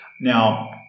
Now